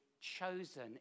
chosen